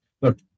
look